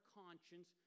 conscience